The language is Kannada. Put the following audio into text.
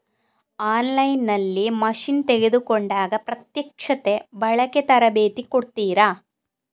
ಆನ್ ಲೈನ್ ನಲ್ಲಿ ಮಷೀನ್ ತೆಕೋಂಡಾಗ ಪ್ರತ್ಯಕ್ಷತೆ, ಬಳಿಕೆ, ತರಬೇತಿ ಕೊಡ್ತಾರ?